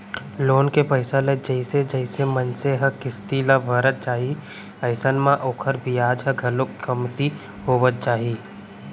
loan के पइसा ल जइसे जइसे मनसे ह किस्ती ल भरत जाही अइसन म ओखर बियाज ह घलोक कमती होवत जाही